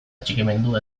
atxikimendu